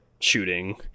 shooting